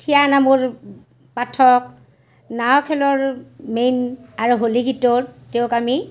থিয় নামৰ পাঠক নাও খেলৰ মেইন আৰু হোলী গীতত তেওঁক আমি